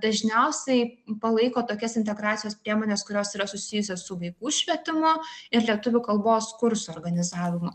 dažniausiai palaiko tokias integracijos priemones kurios yra susijusios su vaikų švietimu ir lietuvių kalbos kursų organizavimu